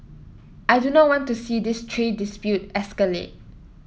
I do not want to see this trade dispute escalate